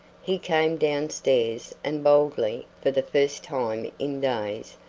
he came down stairs and boldly, for the first time in days,